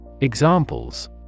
Examples